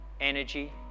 energy